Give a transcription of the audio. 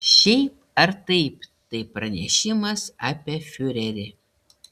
šiaip ar taip tai pranešimas apie fiurerį